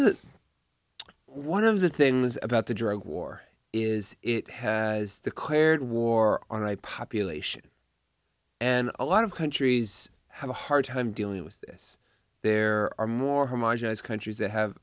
what one of the things about the drug war is it has declared war on my population and a lot of countries have a hard time dealing with this there are more homogenized countries that have